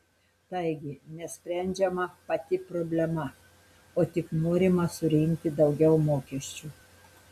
taigi nesprendžiama pati problema o tik norima surinkti daugiau mokesčių